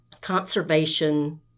conservation